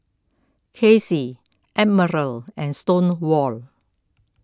Kacy Admiral and Stonewall